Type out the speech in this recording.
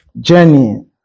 journey